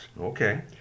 Okay